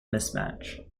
mismatch